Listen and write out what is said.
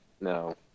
No